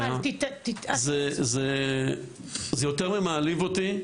זה יותר ממעליב אותו,